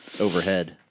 overhead